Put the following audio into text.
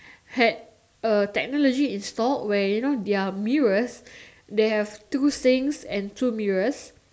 had a technology installed where you know their mirrors they have two sinks and two mirrors